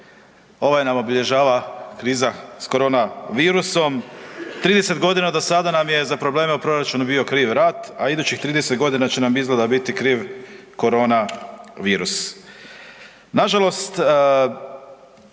ova nam obilježava kriza s koronavirusom. 30 godina do sada nam je za probleme u proračunu bio kriv rat, a idućih 30 godina će nam izgleda, biti kriv koronavirus.